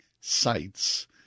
sites